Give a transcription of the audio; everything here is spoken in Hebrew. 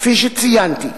כפי שציינתי,